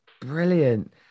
Brilliant